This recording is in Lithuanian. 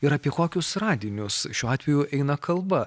ir apie kokius radinius šiuo atveju eina kalba